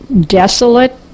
desolate